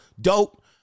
Dope